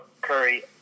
Curry